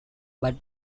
but